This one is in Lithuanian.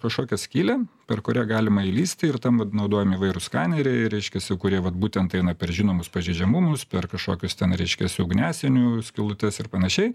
kažkokią skylę per kurią galima įlįsti ir ten vat naudojami įvairūs skaneriai reiškiasi kurie vat būtent eina per žinomus pažeidžiamumus per kažkokius ten reiškias ugniasienių skylutes ir panašiai